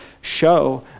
show